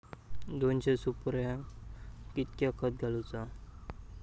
दोनशे सुपार्यांका कितक्या खत घालूचा?